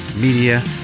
Media